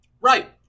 Right